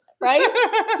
Right